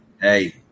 hey